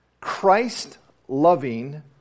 Christ-loving